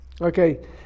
Okay